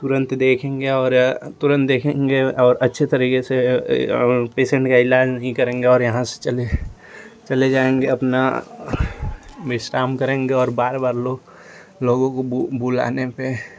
तुरंत देखेंगे और तुरंत देखेंगे और अच्छे तरीके से पेसेन्ट का इलाज नही करेंगे और यहाँ से चले चले जाएंगे अपना बीस काम करेंगे और बार बार लोग लोगों को बु बुलाने पर